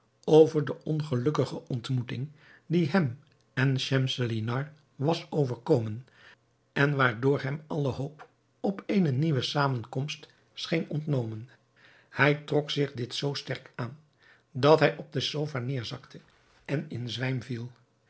over de ongelukkige ontmoeting die hem en schemselnihar was overkomen en waardoor hem alle hoop op eene nieuwe zamenkomst scheen ontnomen hij trok zich dit zoo sterk aan dat hij op de sofa nederzakte en in zwijm viel